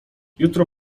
jutro